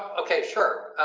okay, sure.